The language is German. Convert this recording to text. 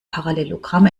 parallelogramm